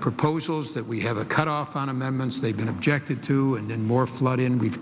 proposals that we have a cutoff on amendments they've been objected to and more flood in we've